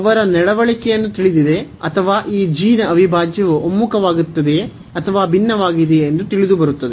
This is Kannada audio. ಅವರ ನಡವಳಿಕೆಯನ್ನು ತಿಳಿದಿದೆ ಅಥವಾ ಈ ನ ಅವಿಭಾಜ್ಯವು ಒಮ್ಮುಖವಾಗುತ್ತದೆಯೇ ಅಥವಾ ಭಿನ್ನವಾಗಿದೆಯೆ ಎಂದು ತಿಳಿದುಬರುತ್ತದೆ